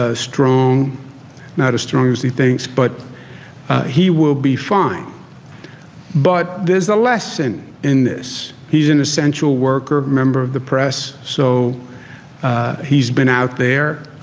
ah not as strong as he thinks, but he will be fine but there's a lesson in this. he's an essential worker member of the press so he's been out there.